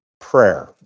Prayer